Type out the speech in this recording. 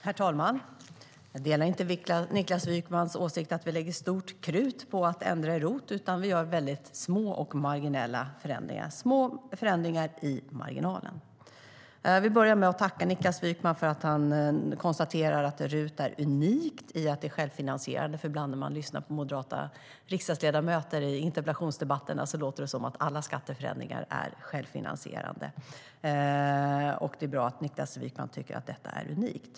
Herr talman! Jag delar inte Niklas Wykmans åsikt att vi lägger stort krut på att ändra i ROT, utan vi gör små och marginella förändringar. Det är små förändringar i marginalen. Jag vill börja med att tacka Niklas Wykman för att han konstaterar att RUT är unikt i att det är självfinansierande. Ibland när man lyssnar på moderata riksdagsledamöter i interpellationsdebatterna låter det som att alla skatteförändringar är självfinansierande. Det är bra att Niklas Wykman tycker att detta är unikt.